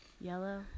Yellow